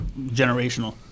generational